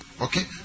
Okay